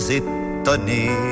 étonné